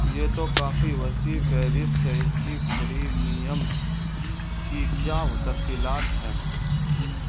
یہ تو کافی وسیع فہرست ہے اس کے پریمیم کی کیا تفصیلات ہیں